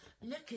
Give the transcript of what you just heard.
Look